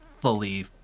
fully